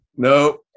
No